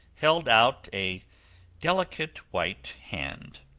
held out a delicate white hand.